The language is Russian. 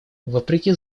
вопреки